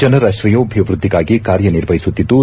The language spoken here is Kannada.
ಜನರ ಶ್ರೇಯೋಭಿವೃದ್ದಿಗಾಗಿ ಕಾರ್ಯ ನಿರ್ವಹಿಸುತ್ತಿದ್ದು